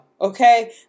okay